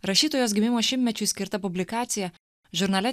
rašytojos gimimo šimtmečiui skirta publikacija žurnale